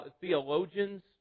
theologians